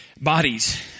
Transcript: bodies